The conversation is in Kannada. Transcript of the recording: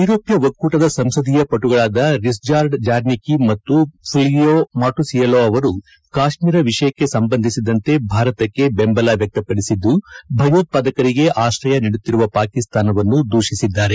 ಐರೋಪ್ಠ ಒಕ್ಕೂಟದ ಸಂಸದೀಯಪಟುಗಳಾದ ರಿಸ್ಟಾರ್ಡ್ ಜಾರ್ನೆಕಿ ಮತ್ತು ಫುಲ್ವಿಯೊ ಮಾರ್ಟುಸಿಯೆಲ್ಲೊ ಅವರು ಕಾಶ್ಮೀರ ವಿಷಯಕ್ಕೆ ಸಂಬಂಧಿಸಿದಂತೆ ಭಾರತಕ್ಕೆ ದೆಂಬಲ ವ್ಯಕ್ತಪಡಿಸಿದ್ದು ಭಯೋತ್ಪಾದಕರಿಗೆ ಆಶ್ರಯ ನೀಡುತ್ತಿರುವ ಪಾಕಿಸ್ತಾನವನ್ನು ದೂಷಿಸಿದ್ದಾರೆ